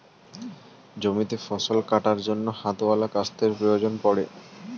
জমিতে ফসল কাটার জন্য হাতওয়ালা কাস্তের প্রয়োজন পড়ে